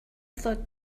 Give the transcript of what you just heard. flowed